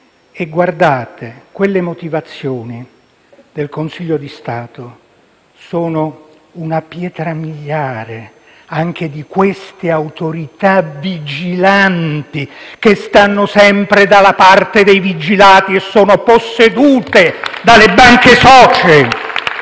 E guardate che quelle motivazioni del Consiglio di Stato sono una pietra miliare anche di queste autorità vigilanti che stanno sempre dalla parte dei vigilati, e sono possedute dalle banche socie,